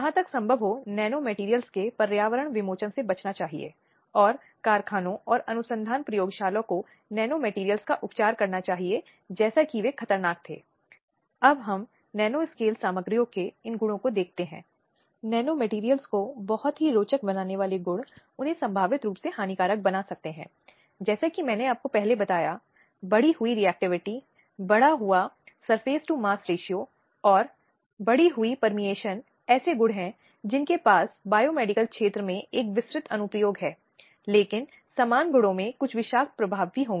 slide समय देखें 0855 और वे मानव अधिकारों के उल्लंघन या बाल अधिकारों और उल्लंघनों के मुद्दों को भी देखते हैं और उचित और आवश्यक उपायों को पारित करते हैं जो राष्ट्रीय महिला आयोग के कामकाज के अनुसार आवश्यक हैं